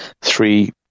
three